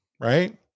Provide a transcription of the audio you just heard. right